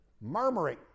Murmuring